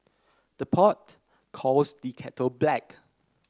the pot calls the kettle black